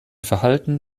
verhalten